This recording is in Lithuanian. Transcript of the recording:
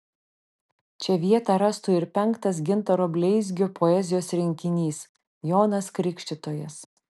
čia vietą rastų ir penktas gintaro bleizgio poezijos rinkinys jonas krikštytojas